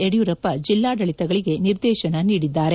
ಯಡಿಯೂರಪ್ಸ ಜಿಲ್ಡಾಡಳಿತಗಳಿಗೆ ನಿರ್ದೇಶನ ನೀಡಿದ್ದಾರೆ